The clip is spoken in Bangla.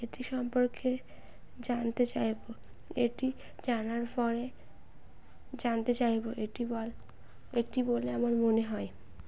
এটি সম্পর্কে জানতে চাইবো এটি জানার পরে জানতে চাইবো এটি বল এটি বলে আমার মনে হয়